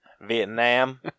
Vietnam